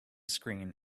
screen